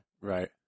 right